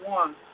one